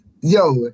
Yo